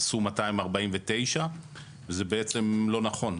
עשו 249. זה לא נכון.